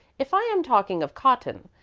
if i am talking of cotton,